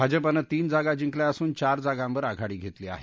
भाजपनं तीन जागा जिंकल्या असून चार जागांवर आघाडी घेतली आहे